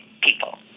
people